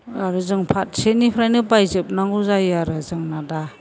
आरो जों फारसेनिफ्रायनो बायजोबनांगौ जायो आरो जोंना दा